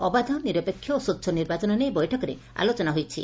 ଅବାଧ ନିରପେକ୍ଷ ଓ ସ୍ୱ ନିର୍ବାଚନ ନେଇ ବୈଠକରେ ଆଲୋଚନା ହୋଇଛି